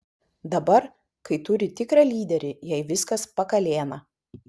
dabar kai turi tikrą lyderį jai viskas pakalėna